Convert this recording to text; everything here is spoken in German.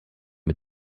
mit